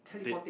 did